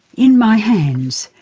in my hands,